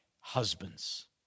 husbands